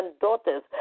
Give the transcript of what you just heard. daughters